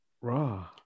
raw